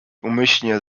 umyślnie